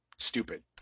Stupid